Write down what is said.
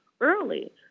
early